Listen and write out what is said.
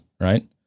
right